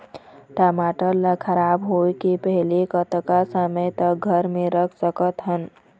टमाटर ला खराब होय के पहले कतका समय तक घर मे रख सकत हन?